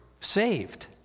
saved